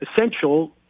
essential